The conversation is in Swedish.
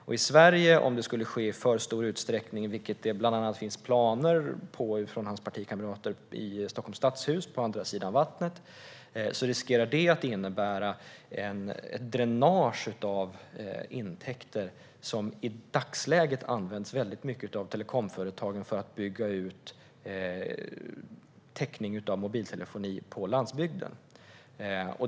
Om detta skulle ske i alltför stor utsträckning i Sverige, vilket det bland annat finns planer på från statsrådets partikamrater i Stockholms stadshus på andra sidan vattnet, riskerar det att innebära ett dränage av intäkter som i dagsläget i stor utsträckning används av telekomföretagen för att bygga ut täckning av mobiltelefoni på landsbygden.